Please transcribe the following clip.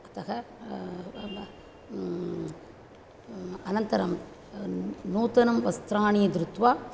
अतः अनन्तरं नूतनं वस्त्राणि धृत्वा